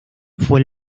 fue